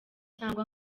cyangwa